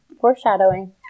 foreshadowing